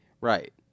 right